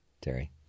Terry